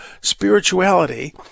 spirituality